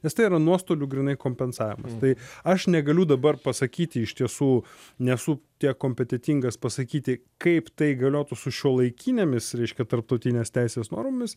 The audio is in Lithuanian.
nes tai yra nuostolių grynai kompensavimas tai aš negaliu dabar pasakyti iš tiesų nesu tiek kompetetingas pasakyti kaip tai galiotų su šiuolaikinėmis reiškia tarptautinės teisės normomis